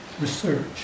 research